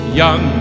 young